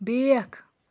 بیکھ